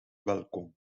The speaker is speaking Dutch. welkom